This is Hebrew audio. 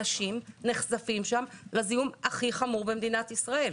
אנשים נחשפים שם לזיהום הכי חמור במדינת ישראל.